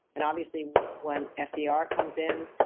and obviously when fdr comes in,